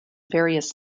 various